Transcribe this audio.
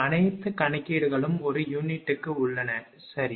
அனைத்து கணக்கீடுகளும் ஒரு யூனிட்டுக்கு உள்ளன சரி